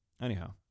Anyhow